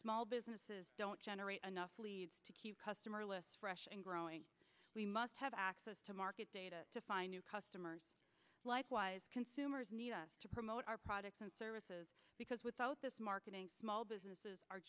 small businesses don't generate enough leads to keep customer lists fresh and growing we must have access to market data to find new customers likewise consumers need us to promote our products and services because without this marketing small businesses are